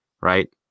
right